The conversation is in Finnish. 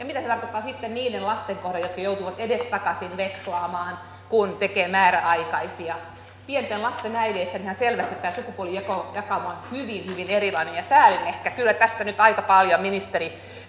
mitä se tarkoittaa sitten niiden lasten kohdalla jotka joutuvat edestakaisin vekslaamaan kun tehdään määräaikaisia pienten lasten äitien kannalta selvästi tämä sukupuolijakauma on hyvin hyvin erilainen säälin kyllä tässä nyt aika paljon ministeri